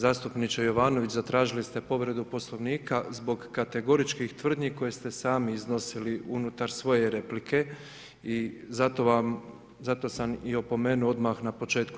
Zastupniče Jovanović zatražili ste povredu Poslovnika zbog kategoričkih tvrdnji koje ste sami iznosili unutar svoje replike i zato sam i opomenuo odmah na početku.